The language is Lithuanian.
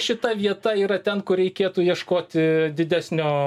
šita vieta yra ten kur reikėtų ieškoti didesnio